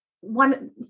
one